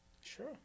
Sure